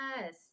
Yes